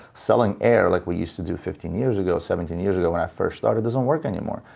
selling air, like we used to do fifteen years ago, seventeen years ago when i first started, doesn't work anymore.